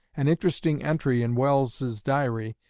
an interesting entry in welles's diary,